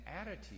attitude